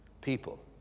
people